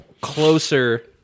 closer